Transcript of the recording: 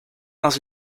dans